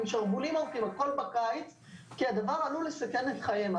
עם שרוולים גם בקיץ כי הדבר עלול לסכן את חייהם.